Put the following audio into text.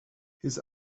his